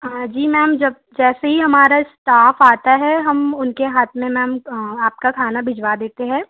जी ma'am जब जैसे ही हमारा स्टाफ़ आता है हम उनके हाथ में मैम आपका खाना भिजवा देते हैं